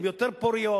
הן יותר פוריות,